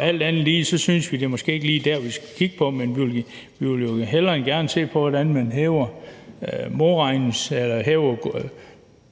alt andet lige synes vi, at det måske ikke lige er det, vi skal kigge på, men vi vil hellere end gerne se på, hvordan man hæver